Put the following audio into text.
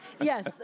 yes